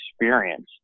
experience